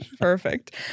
Perfect